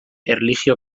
erlijio